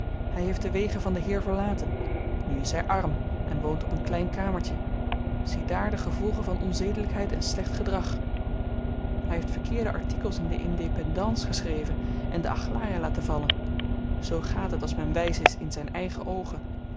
hy heeft de wegen van den heer verlaten nu is hy arm en woont op een klein kamertje ziedaar de gevolgen van onzedelykheid en slecht gedrag hy heeft verkeerde artikels in de indépendance geschreven en de aglaia laten vallen zoo gaat het als men wys is in zyn eigen oogen